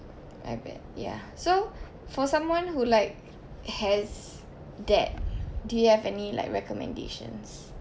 I bet ya so for someone who like has that do you have any like recommendations